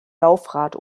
laufrad